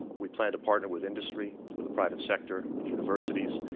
we plan to partner with industry, with the private sector, with universities,